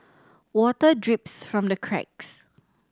water drips from the cracks